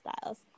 styles